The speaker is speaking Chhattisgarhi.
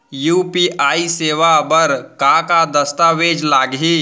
यू.पी.आई सेवा बर का का दस्तावेज लागही?